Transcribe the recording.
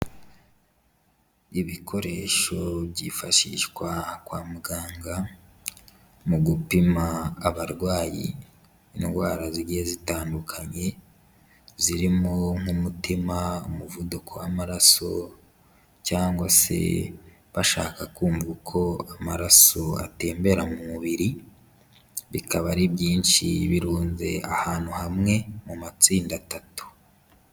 Ibikoresho byifashishwa kwa muganga, mu gupima abarwayi indwara zigiye zitandukanye, zirimo nk'umutima, umuvuduko w'amaraso cyangwa se bashaka kumva uko amaraso atembera mu mubiri, bikaba ari byinshi birunze ahantu hamwe mu matsinda atatu.